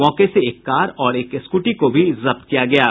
मौके से एक कार और एक स्कूटी को भी जब्त किया गया है